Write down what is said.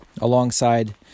alongside